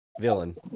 villain